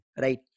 right